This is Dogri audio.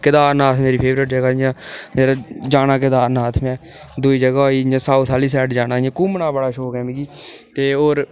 केदारनाथ मेरी फेवरेट जगह् जि'यां मेरा जाना केदारनाथ में दूई जगह् होई जि'यां साऊथ आह्ली साईड जाना इ'यां घुम्मना बड़ा शौक ऐ मिगी ते होर